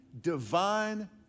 divine